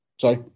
Sorry